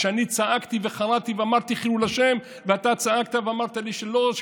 כשאני צעקתי וחרדתי ואמרתי "חילול השם" ואתה צעקת ואמרת לי שלא,